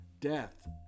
Death